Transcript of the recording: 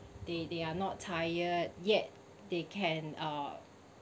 they they are not tired yet they can uh